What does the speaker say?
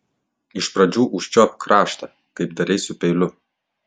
iš pradžių užčiuopk kraštą kaip darei su peiliu